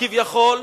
כביכול,